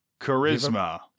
Charisma